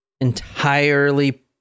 entirely